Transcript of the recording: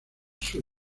sur